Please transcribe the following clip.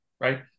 right